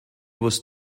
was